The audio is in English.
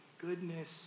goodness